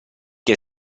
che